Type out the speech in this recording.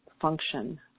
function